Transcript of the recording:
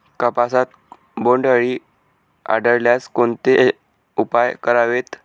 कापसात बोंडअळी आढळल्यास कोणते उपाय करावेत?